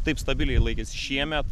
taip stabiliai laikėsi šiemet